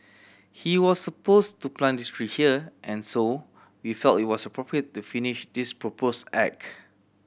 he was suppose to plant this tree here and so we felt it was appropriate to finish this propose act